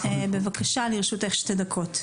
לרשותך שתי דקות,